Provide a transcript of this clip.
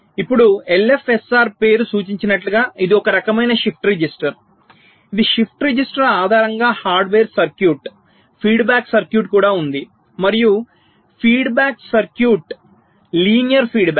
ఇప్పుడు LFSR పేరు సూచించినట్లుగా ఇది ఒక రకమైన షిఫ్ట్ రిజిస్టర్ ఇది షిఫ్ట్ రిజిస్టర్ ఆధారంగా హార్డ్వేర్ సర్క్యూట్ ఫీడ్బ్యాక్ సర్క్యూట్ కూడా ఉంది మరియు ఫీడ్బ్యాక్ సర్క్యూట్ సరళ అభిప్రాయం